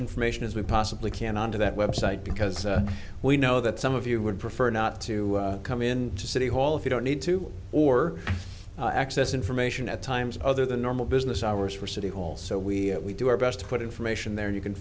information as we possibly can onto that website because we know that some of you would prefer not to come in to city hall if you don't need to or access information at times other than normal business hours for city hall so we we do our best to put information there and you can